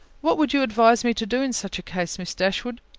what would you advise me to do in such a case, miss dashwood?